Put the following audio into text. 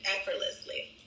effortlessly